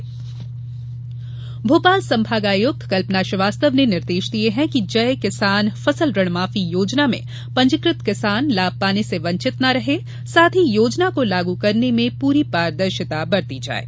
ऋण निर्देश भोपाल संभागायुक्त कल्पना श्रीवास्तव ने निर्देश दिये है कि जय किसान फसल ऋण माफी योजना में पंजीकृत किसान लाभ पाने से वंचित ना रहे साथ ही योजना को लागू करने में पूर्ण पारदर्शिता बरती जाये